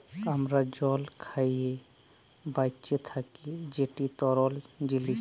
আমরা জল খাঁইয়ে বাঁইচে থ্যাকি যেট তরল জিলিস